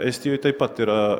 estijoj taip pat yra